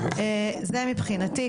זה מבחינתי,